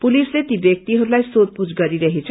पुलिसले ती व्यक्तिहरूलाई सोध पूछ गरिरहेछ